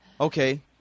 okay